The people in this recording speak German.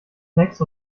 snacks